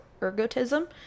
ergotism